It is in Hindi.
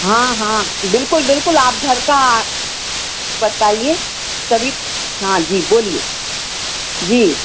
हाँ हाँ बिल्कुल बिल्कुल आप घर का बताइए तबी हाँ जी बोलिए जी